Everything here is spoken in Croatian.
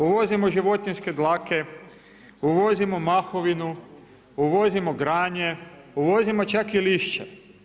Uvozimo životinjske dlake, uvozimo mahovinu, uvozimo granje, uvozimo čak i lišće.